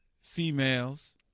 females